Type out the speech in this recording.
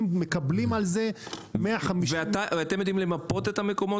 מקבלים על זה -- אתם יודעים למפות את המקומות?